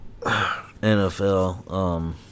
NFL